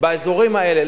באזורים האלה,